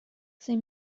sie